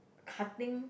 cutting